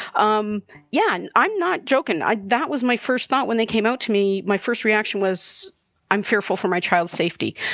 um yeah. and i'm not joking. ah that was my first thought when they came out to me. my first reaction was i'm fearful for my child's safety.